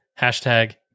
Hashtag